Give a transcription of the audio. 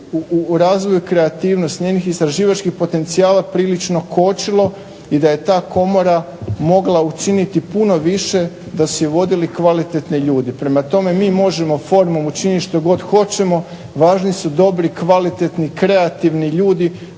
u razvoju kreativnosti njenih istraživačkih potencijala prilično kočilo i da je ta Komora mogla učiniti puno više da su je vodili kvalitetni ljudi. Prema tome, mi možemo formom učiniti što god hoćemo. Važni su dobri, kvalitetni, kreativni ljudi